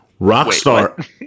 Rockstar